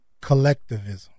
collectivism